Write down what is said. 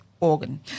organ